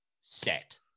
set